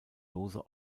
lose